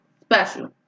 special